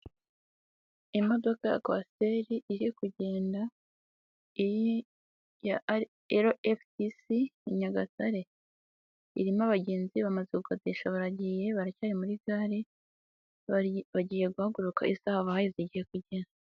Imodoka ya kwasiteri iri kugenda ya ero efutisi Nyagatare irimo abagenzi bamaze gukatisha baragiye baracyari muri gare bagiye guhaguruka isaaha babahaye zigiye kugera.